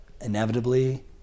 inevitably